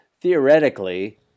theoretically